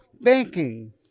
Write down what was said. banking